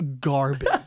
garbage